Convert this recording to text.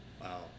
Wow